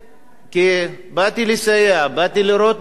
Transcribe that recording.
כי באתי לסייע, באתי לראות מה קורה,